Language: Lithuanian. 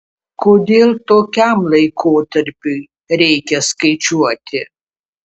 kodėl tokiam laikotarpiui reikia skaičiuoti